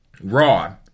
Raw